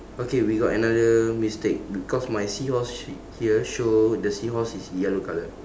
okay we got another mistake because my seahorse sh~ here show the seahorse is yellow colour